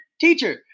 teacher